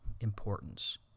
importance